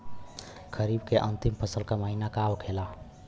खरीफ के अंतिम फसल का महीना का होखेला?